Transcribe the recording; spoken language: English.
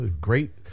Great